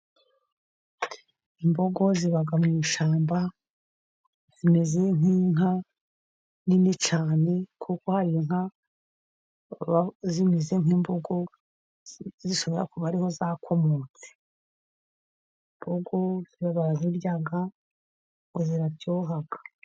Imbogo ziba mu ishyamba, zimeze nk'inka nini cyane, kuko hari inka zimeze nk'imbogo, zishobora kuba ari ho zakomotse. Imbogo barazirya, ziraryoha.